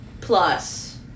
plus